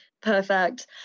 perfect